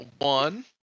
one